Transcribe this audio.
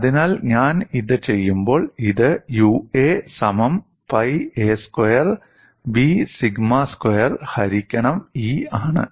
അതിനാൽ ഞാൻ ഇത് ചെയ്യുമ്പോൾ ഇത് Ua സമം pi a square B sigma square ഹരിക്കണം E ആണ്